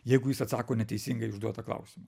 jeigu jis atsako neteisingai į užduotą klausimą